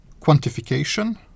quantification